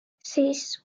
sis